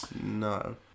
No